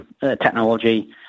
technology